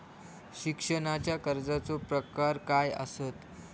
शिक्षणाच्या कर्जाचो प्रकार काय आसत?